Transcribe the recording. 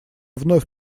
вновь